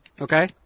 Okay